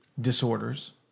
disorders